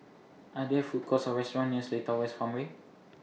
Are There Food Courts Or restaurants near Seletar West Farmway